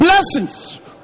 blessings